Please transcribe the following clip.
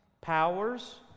powers